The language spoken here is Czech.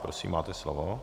Prosím, máte slovo.